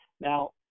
now